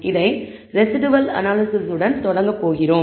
இதை residual analysis உடன் தொடங்கப் போகிறோம்